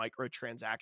microtransaction